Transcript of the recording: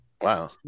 Wow